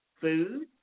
food